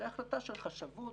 זו החלטה של חשבות.